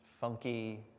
Funky